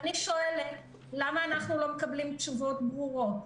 ואני שואלת למה אנחנו לא מקבלים תשובות ברורות.